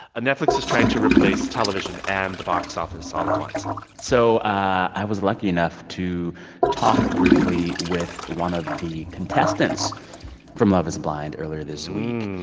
netflix is trying to replace television and the box office all at once so i was lucky enough to talk briefly with one of the contestants from love is blind earlier this week,